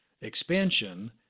expansion